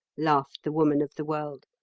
laughed the woman of the world.